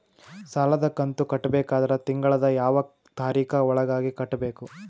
ಸಾಲದ ಕಂತು ಕಟ್ಟಬೇಕಾದರ ತಿಂಗಳದ ಯಾವ ತಾರೀಖ ಒಳಗಾಗಿ ಕಟ್ಟಬೇಕು?